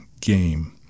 game